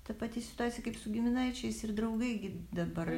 ta pati situacija kaip su giminaičiais ir draugai gi dabar